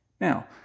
Now